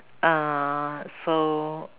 uh so